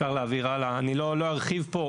אני לא ארחיב פה,